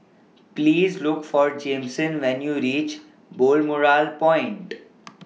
Please Look For Jameson when YOU REACH Balmoral Point